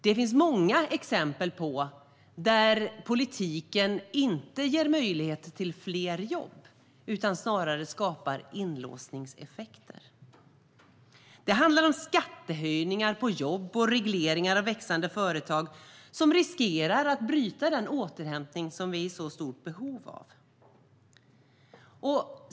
Det finns många exempel där politiken inte ger möjlighet till fler jobb utan snarare skapar inlåsningseffekter. Det handlar om skattehöjningar på jobb och regleringar av växande företag som riskerar att bryta den återhämtning vi är i så stort behov av.